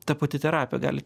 ta pati terapija gali